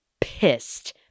pissed